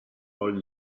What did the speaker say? old